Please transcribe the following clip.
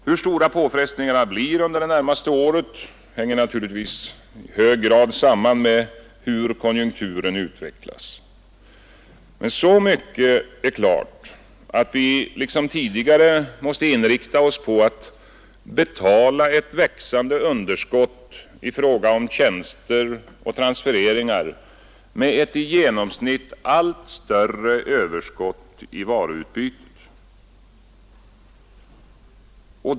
Hur stora påfrestningarna blir under det närmaste året hänger givetvis i hög grad samman med hur konjunkturen utvecklas. Men så mycket är klart, att vi liksom tidigare måste inrikta oss på att betala ett växande underskott i fråga om tjänster och transfereringar med ett i genomsnitt allt större överskott i varuutbytet.